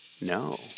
No